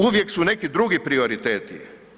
Uvijek su neki drugi prioriteti.